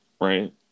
Right